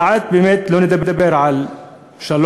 כעת באמת לא נדבר על שלום,